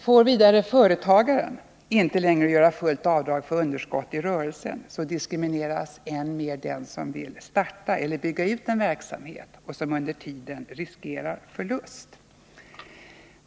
Får vidare företagaren inte göra fullt avdrag för underskott i rörelsen, diskrimineras än mer den som vill starta eller bygga ut en verksamhet och som under tiden riskerar förlust.